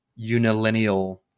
unilineal